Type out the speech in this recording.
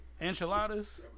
Enchiladas